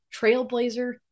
trailblazer